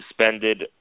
suspended